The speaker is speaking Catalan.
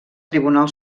tribunal